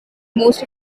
most